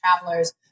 travelers